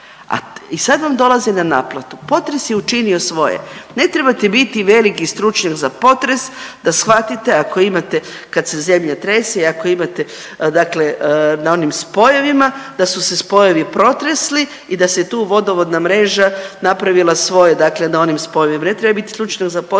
I sad vam dolazi na naplatu. Potres je učinio svoje. Ne trebate biti veliki stručnjak za potres da shvatite ako imate, kad se zemlja trese i ako imate dakle na onim spojevima, da su spojevi protresli i da se tu vodovodna mreža napravila svoje, dakle na onim svojima, ne treba biti stručnjak za potres